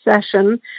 session